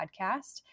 Podcast